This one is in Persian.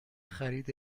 خرید